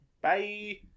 Bye